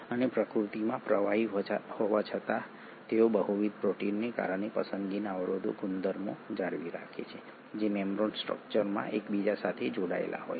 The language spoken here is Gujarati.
અને પ્રકૃતિમાં પ્રવાહી હોવા છતાં તેઓ બહુવિધ પ્રોટીનને કારણે પસંદગીના અવરોધ ગુણધર્મો જાળવી રાખે છે જે મેમ્બ્રેન સ્ટ્રક્ચર માં એકબીજા સાથે જોડાયેલા હોય છે